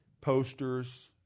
Posters